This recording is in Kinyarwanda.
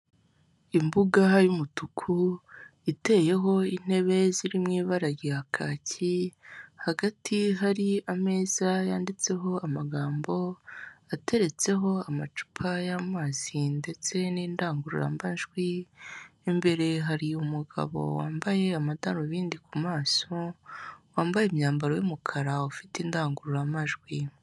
Iki ni icyumba k'inama y'imwe muri kampani runaka, aho abayobozi bashobora guhurira mu kwiga ku ngingo zitandukanye no gukemura ibibazo byagaragaye.